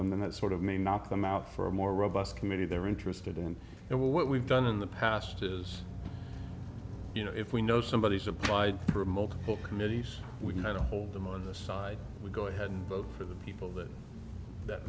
them then that sort of may knock them out for a more robust committee they're interested in and what we've done in the past is you know if we know somebody is applied for multiple committees we can i don't hold them on the side we go ahead and vote for the people that that